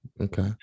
okay